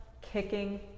kicking